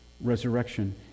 resurrection